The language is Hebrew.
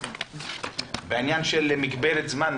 בעניין של מגבלת זמן.